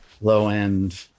low-end